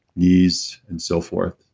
knees and so forth.